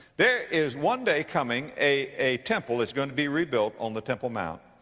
there is one day coming, a, a temple that's going to be rebuilt on the temple mount.